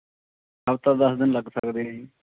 ਹਫ਼ਤਾ ਦਸ ਦਿਨ ਲੱਗ ਸਕਦੇ ਹੈ ਜੀ